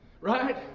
Right